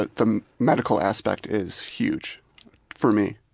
the medical aspect is huge for me.